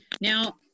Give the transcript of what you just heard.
Now